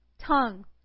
tongue